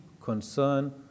concern